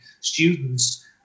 students